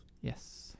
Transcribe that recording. Yes